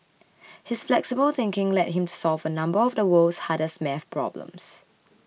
his flexible thinking led him to solve a number of the world's hardest math problems